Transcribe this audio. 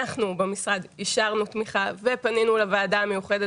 אנחנו במשרד אישרנו תמיכה ופנינו לוועדה המיוחדת